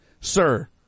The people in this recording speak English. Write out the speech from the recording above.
sir